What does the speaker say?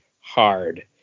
Hard